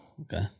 Okay